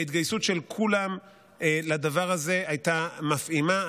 ההתגייסות של כולם לדבר הזה הייתה מפעימה.